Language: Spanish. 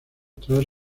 tras